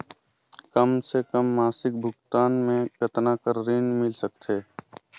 कम से कम मासिक भुगतान मे कतना कर ऋण मिल सकथे?